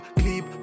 Clip